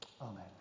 Amen